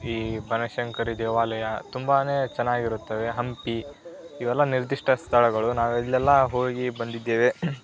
ಈ ಬನಶಂಕರಿ ದೇವಾಲಯ ತುಂಬಾ ಚೆನ್ನಾಗಿರುತ್ತದೆ ಹಂಪಿ ಇವೆಲ್ಲ ನಿರ್ದಿಷ್ಟ ಸ್ಥಳಗಳು ನಾವಿಲ್ಲೆಲ್ಲ ಹೋಗಿ ಬಂದಿದ್ದೇವೆ